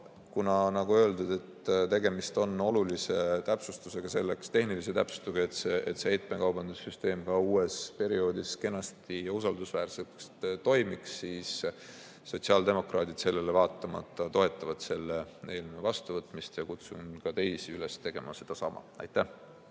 kuna, nagu öeldud, tegemist on olulise tehnilise täpsustusega, et see heitmekaubanduse süsteem ka uues perioodis kenasti ja usaldusväärselt toimiks, siis sotsiaaldemokraadid sellele vaatamata toetavad selle eelnõu vastuvõtmist ja kutsun ka teisi üles tegema sedasama. Aitäh!